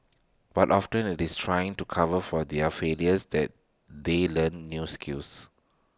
but often IT is in trying to cover for their failures that they learn new skills